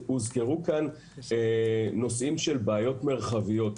הוזכרו כאן נושאים של בעיות מרחביות.